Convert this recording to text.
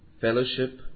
Fellowship